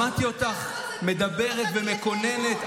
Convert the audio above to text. שמעתי אותך מדברת ומקוננת,